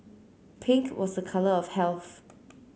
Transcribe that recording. pink was a colour of health